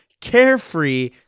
carefree